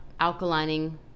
alkalining